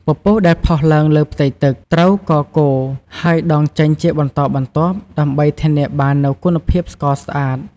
ពពុះដែលផុសឡើងលើផ្ទៃទឹក ត្រូវកកូរហើយដងចេញជាបន្តបន្ទាប់ ដើម្បីធានាបាននូវគុណភាពស្ករស្អាត។